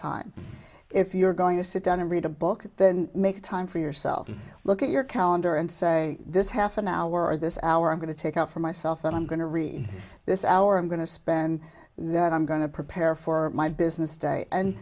time if you're going to sit down and read a book then make time for yourself look at your calendar and say this half an hour this hour i'm going to take out for myself and i'm going to read this hour i'm going to spend that i'm going to prepare for my business day and